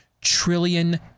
trillion